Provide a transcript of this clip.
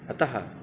अतः